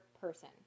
person